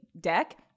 deck